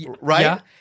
right